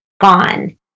gone